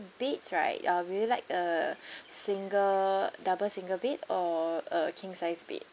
beds right uh will you like a single double single bed or a king size bed